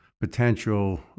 potential